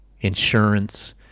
insurance